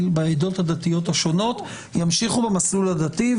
בעדות הדתיות השונות ימשיכו במסלול הדתי.